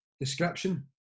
description